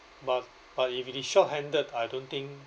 but but if it is shorthanded I don't think